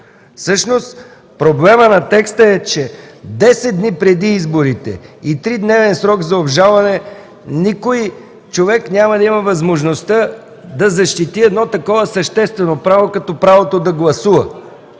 Всъщност проблемът на текста е, че десет дни преди изборите и 3-дневен срок за обжалване никой човек няма да има възможността да защити същественото право – да гласува.